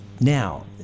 Now